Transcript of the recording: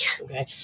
Okay